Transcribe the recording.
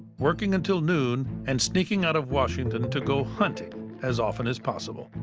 working until noon and sneaking out of washington to go hunting as often as possible.